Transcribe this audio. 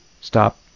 Stop